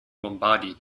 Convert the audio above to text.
lombardy